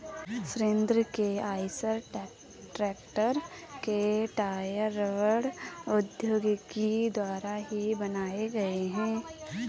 सुरेंद्र के Eicher tractor के tyre रबड़ प्रौद्योगिकी द्वारा ही बनाए गए हैं